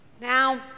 Now